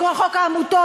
כמו חוק העמותות,